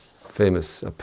famous